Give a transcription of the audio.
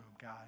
God